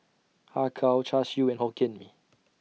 Har Kow Char Siu and Hokkien Mee